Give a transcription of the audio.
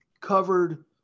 covered